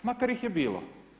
Makar ih je bilo.